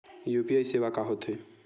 UPI सेवा का होथे?